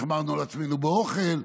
החמרנו עם עצמנו באוכל,